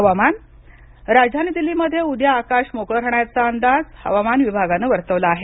हवामान राजधानी दिल्लीमध्ये उद्या आकाश मोकळे राहण्याचा अंदाज हवामान विभागानं वर्तवला आहे